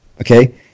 Okay